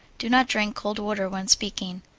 do not drink cold water when speaking.